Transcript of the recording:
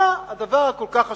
מה הדבר הכל-כך חשוב.